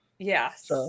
Yes